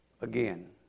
again